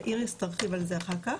ואיריס תרחיב על זה אחר כך,